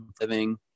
living